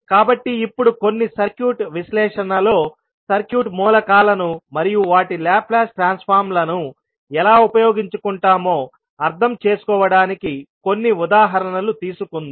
కాబట్టి ఇప్పుడు కొన్ని సర్క్యూట్ విశ్లేషణలో సర్క్యూట్ మూలకాలను మరియు వాటి లాప్లాస్ ట్రాన్స్ఫార్మ్ లను ఎలా ఉపయోగించుకుంటామో అర్థం చేసుకోవడానికి కొన్ని ఉదాహరణలు తీసుకుందాం